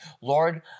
Lord